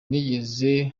nigeze